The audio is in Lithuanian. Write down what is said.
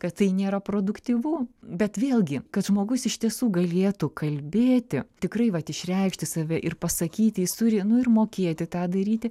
kad tai nėra produktyvu bet vėlgi kad žmogus iš tiesų galėtų kalbėti tikrai vat išreikšti save ir pasakyti jis turi nu ir mokėti tą daryti